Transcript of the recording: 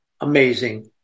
Amazing